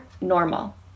normal